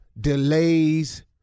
delays